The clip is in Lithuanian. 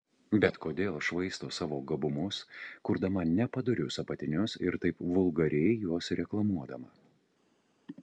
bet kodėl švaisto savo gabumus kurdama nepadorius apatinius ir taip vulgariai juos reklamuodama